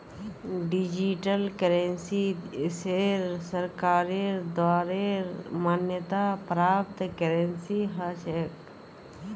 digital currency देशेर सरकारेर द्वारे मान्यता प्राप्त करेंसी ह छेक